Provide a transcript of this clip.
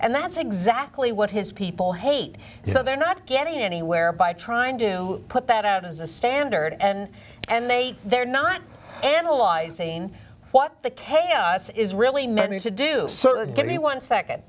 and that's exactly what his people hate so they're not getting anywhere by trying to put that out as a standard and and they they're not analyzing what the chaos is really meant to do sort of give me one second